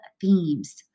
themes